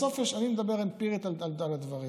בסוף, אני מדבר אמפירית על הדברים.